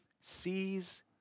sees